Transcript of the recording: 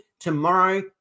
Tomorrow